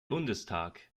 bundestag